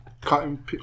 cotton